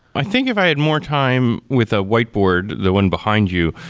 i think if i had more time with a whiteboard, the one behind you,